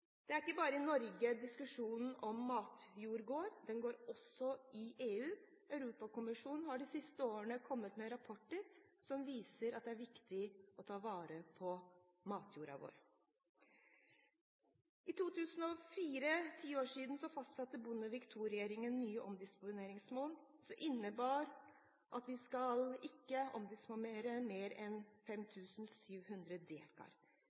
Det er ikke bare i Norge diskusjonen om matjord går. Den går også i EU. Europakommisjonen har de siste årene kommet med rapporter som viser at det er viktig å ta vare på matjorden vår. I 2004, for ti år siden, fastsatte Bondevik II-regjeringen nye omdisponeringsmål, som innebar at vi ikke skal omdisponere mer enn 5 700